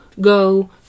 go